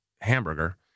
hamburger